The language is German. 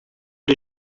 die